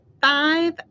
five